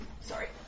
Sorry